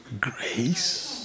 grace